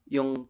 Yung